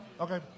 Okay